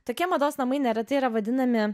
tokie mados namai neretai yra vadinami